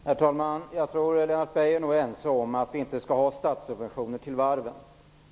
Herr talman! Jag tror att Lennart Beijer och jag nog är ense om att vi inte skall ha statssubventioner till varven.